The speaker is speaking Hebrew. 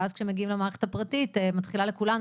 ואז כשמגיעים למערכת הפרטית מתחילה לכולנו